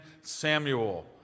Samuel